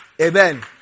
amen